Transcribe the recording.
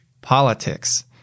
politics